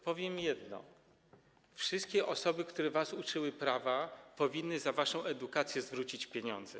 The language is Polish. Powiem jedno: wszystkie osoby, które was uczyły prawa, powinny za waszą edukację zwrócić pieniądze.